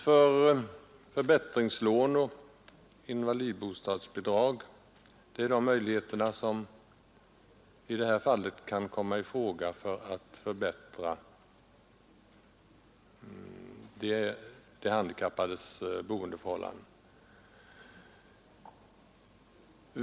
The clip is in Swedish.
Förbättringslån och invalidbostadsbidrag är de möjligheter som i detta fall kan komma i fråga för att förbättra de handikappades boendeförhållanden.